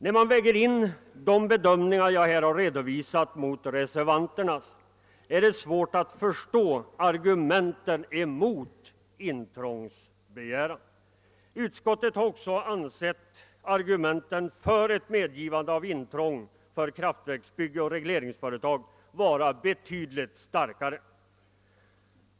När man väger in de bedömningar jag här redovisat mot reservanternas är det svårt att förstå argumentet mot intrångsbegäran. Utskottet har också ansett argumenten för medgivande av intrång för kraftverksbygge och regleringsföretag vara betydligt starkare. '